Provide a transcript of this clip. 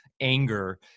anger